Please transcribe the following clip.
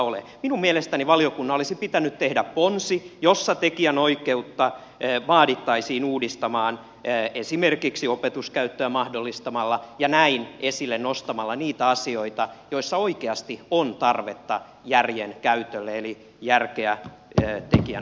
minun mielestäni valiokunnan olisi pitänyt tehdä ponsi jossa vaadittaisiin että tekijänoikeutta uudistetaan esimerkiksi opetuskäyttöä mahdollistamalla ja näin nostamalla esille niitä asioita joissa oikeasti on tarvetta järjenkäytölle eli järkeä tekijänoikeuslakiin